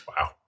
Wow